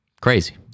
Crazy